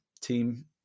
team